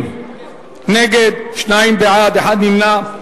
70 נגד, שניים בעד, אחד נמנע.